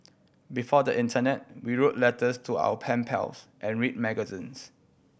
before the internet we wrote letters to our pen pals and read magazines